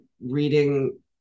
reading